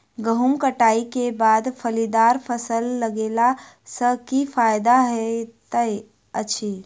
गेंहूँ कटाई केँ बाद फलीदार फसल लगेला सँ की फायदा हएत अछि?